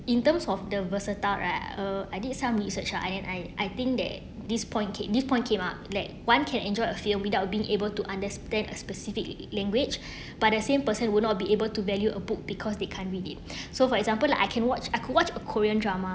in terms of the versatile right uh I did some research ah I and I I think that this point came this point came up like one can enjoy a fear without being able to understand a specific language but the same person would not be able to value a book because they can't read it so for example like I can watch I could watch a korean drama